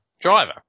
driver